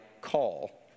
call